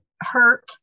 hurt